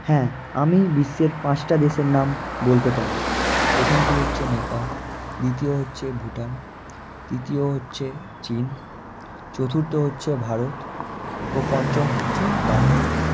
হ্যাঁ আমি বিশ্বের পাঁচটা দেশের নাম বলতে পারবো প্রথমটি হচ্ছে নেপাল দ্বিতীয় হচ্ছে ভুটান তৃতীয় হচ্ছে চীন চতুর্থ হচ্ছে ভারত ও পঞ্চম হচ্ছে বাংলাদেশ